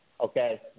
okay